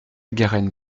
garenne